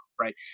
Right